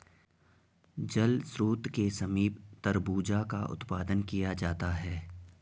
जल स्रोत के समीप तरबूजा का उत्पादन किया जाता है